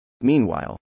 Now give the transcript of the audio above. Meanwhile